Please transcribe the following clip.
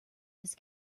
his